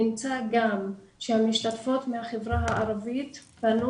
נמצא גם שהמשתתפות מהחברה הערבית פנו